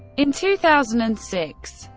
in two thousand and six,